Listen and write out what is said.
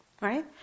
Right